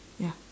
ya